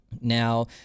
Now